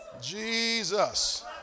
Jesus